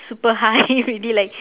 super high already like